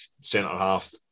centre-half